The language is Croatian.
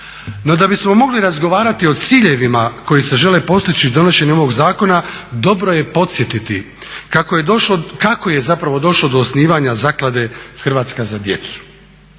da bismo mogli razgovarati o ciljevima koji se žele postići donošenjem ovoga zakona dobro je podsjetiti kako je zapravo došlo do osnivanja Zaklade "Hrvatska za djecu".